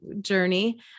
journey